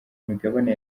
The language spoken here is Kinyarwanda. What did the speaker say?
imigabane